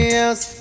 else